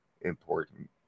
important